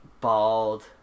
bald